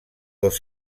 dos